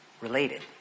related